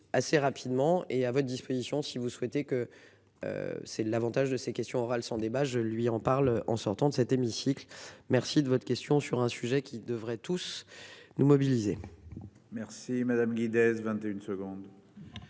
assez rapidement et à votre disposition si vous souhaitez que. C'est l'avantage de ces questions orales sans débat je lui en parle. En sortant de cet hémicycle, merci de votre question sur un sujet qui devrait tous nous mobiliser. Merci madame Guinness. 21 secondes.